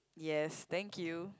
yes thank you